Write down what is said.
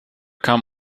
kam